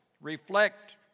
reflect